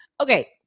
okay